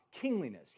kingliness